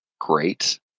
great